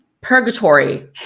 purgatory